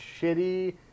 shitty